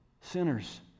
sinners